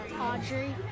Audrey